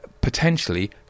potentially